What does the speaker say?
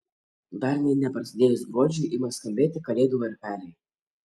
dar nė neprasidėjus gruodžiui ima skambėti kalėdų varpeliai